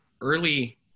early